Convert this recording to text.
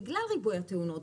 בגלל ריבוי התאונות.